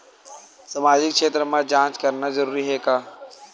सामाजिक क्षेत्र म जांच करना जरूरी हे का?